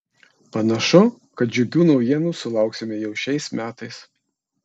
panašu kad džiugių naujienų sulauksime jau šiais metais